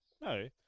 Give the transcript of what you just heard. No